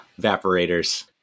evaporators